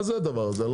מה זה הדבר הזה?